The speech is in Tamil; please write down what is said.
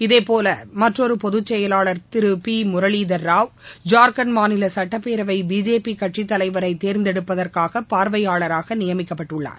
இதைபோலமற்றொருபொதுச்செயலாளர் திருபிமுரளிதர் ராவ் ஜார்கண்ட் மாநிலசட்டப்பேரவைபிஜேபிகட்சிதலைவரைதேர்ந்தெடுப்பதற்காகபார்வையாளராகநியமிக்கப்பட்டுள்ளார்